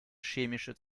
chemische